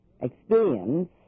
experience